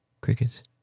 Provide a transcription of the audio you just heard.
crickets